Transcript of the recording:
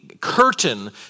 curtain